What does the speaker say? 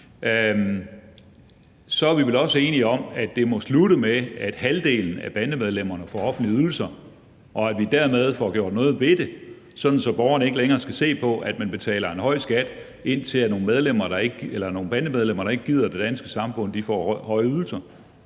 så er vi vel også enige om, at det må slutte med, at halvdelen af bandemedlemmerne får offentlige ydelser, og at vi dermed får gjort noget ved det, sådan at borgerne ikke længere skal se på, at de betaler en høj skat ind til, at nogle bandemedlemmer, der ikke gider det danske samfund, får høje ydelser.